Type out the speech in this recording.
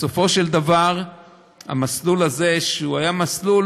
בסופו של דבר המסלול הזה, שהיה מסלול